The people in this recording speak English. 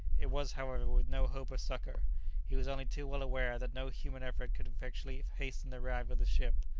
it was, however, with no hope of succour he was only too well aware that no human efforts could effectually hasten the arrival of the ship.